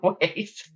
ways